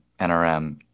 NRM